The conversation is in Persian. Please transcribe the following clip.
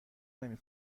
نمی